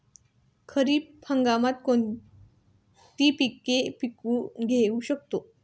खरीप हंगामात आपण कोणती कोणती पीक घेऊ शकतो?